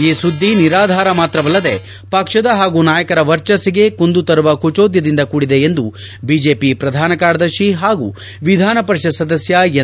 ಈ ಸುದ್ದಿ ನಿರಾಧಾರ ಮಾತ್ರವಲ್ಲದೆ ಪಕ್ಷದ ಹಾಗೂ ನಾಯಕರ ವರ್ಚಸ್ನಿಗೆ ಕುಂದು ತರುವ ಕುಜೋದ್ಯದಿಂದ ಕೂಡಿದೆ ಎಂದು ಬಿಜೆಪಿ ಪ್ರಧಾನ ಕಾರ್ಯದರ್ಶಿ ಹಾಗೂ ವಿಧಾನ ಪರಿಷತ್ ಸದಸ್ಕ ಎನ್